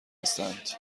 هستند